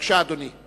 אדוני, בבקשה.